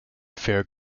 fair